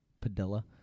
Padilla